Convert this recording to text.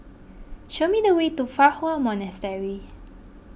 show me the way to Fa Hua Monastery